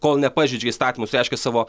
kol nepažeidžia įstatymus reiškia savo